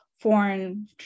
foreign